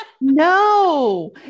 No